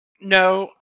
No